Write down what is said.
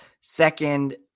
Second